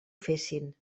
fessin